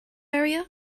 area